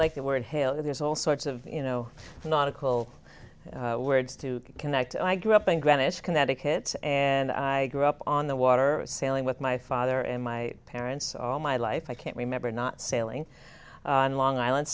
like the word hail there's all sorts of you know nautical words to connect and i grew up in greenwich connecticut and i grew up on the water sailing with my father and my parents all my life i can't remember not sailing on long island